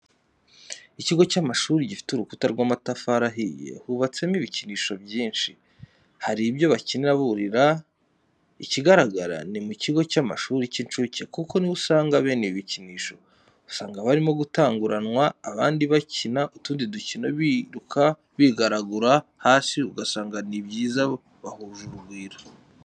Ikigo cy'amashuri gifite urukuta rw'amatafari ahiye hubatsemo ibikinisho byinshi, hari n'ibyo bakiniramo burira ikigaragara ni mu kigo cy'amashuri y'incuke kuko ni ho usanga bene ibi bikinisho, usanga barimo gutanguranwa abandi bakina utundi dukino biruka bigaragura hasi ugasanga ari byiza bahuje urugwiro.